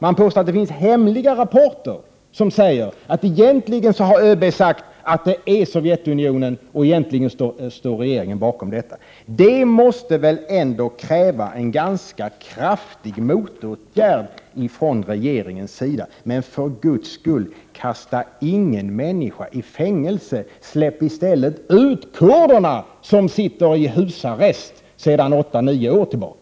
Man påstår att det finns hemliga rapporter enligt vilka ÖB egentligen har sagt att det är fråga om Sovjetunionen och att regeringen egentligen står bakom dessa uppgifter. Det måste väl ändå kräva en ganska kraftig motåtgärd från regeringens sida. Men för Guds skull, kasta inga människor i fängelse! Släpp i stället ut kurderna, för vilka gäller husarrest sedan åtta nio år tillbaka!